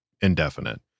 indefinite